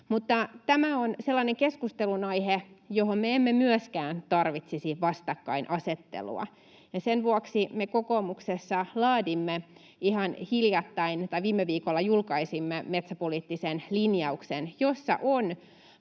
sellainen keskustelunaihe, johon me emme myöskään tarvitsisi vastakkainasettelua. Sen vuoksi me kokoomuksessa viime viikolla julkaisimme metsäpoliittisen linjauksen, jossa on